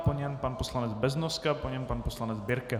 Po něm pan poslanec Beznoska, po něm pan poslanec Birke.